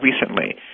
recently